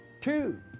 Two